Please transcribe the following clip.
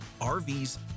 RVs